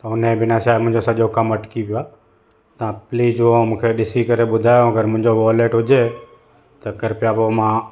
त हुनजे बिना छाहे मुंहिंजो सॼो कम अटकी वियो आहे तव्हां प्लीज़ उहो मूंखे ॾिसी करे ॿुधायो अगरि मुंहिंजो वॉलेट हुजे त कृपया उहो मां